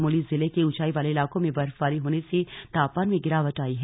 चमोली जिले के ऊंचाई वाले इलाकों मे बर्फबारी होने से तापमान मे गिरावट आई है